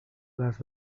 las